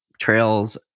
trails